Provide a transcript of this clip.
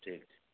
ठीक छै